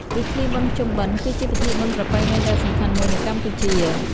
ពិធីបុណ្យភ្ជុំបិណ្ឌ គឺជាពិធីបុណ្យប្រពៃណីដ៏សំខាន់មួយនៅកម្ពុជា។